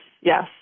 Yes